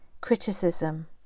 criticism